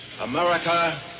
America